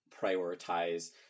prioritize